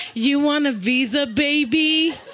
you want a visa, baby?